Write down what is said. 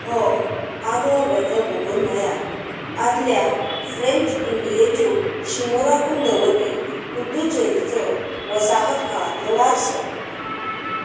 हो आगळोवेगळो भुगोल म्हणल्यार आदल्या फ्रँच इंडियेच्यो शिमो राखून दवरपी पुदुच्चेरीचो वसाहत काळांतलो वारसो